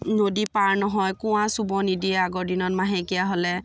নদী পাৰ নহয় কুঁৱা চুব নিদিয়ে আগৰ দিনত মাহেকীয়া হ'লে